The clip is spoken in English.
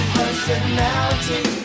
personality